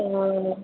हँ